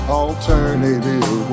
alternative